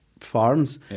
farms